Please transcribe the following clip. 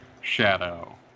shadow